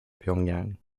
pyongyang